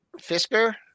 Fisker